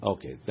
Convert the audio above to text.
Okay